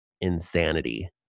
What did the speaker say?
insanity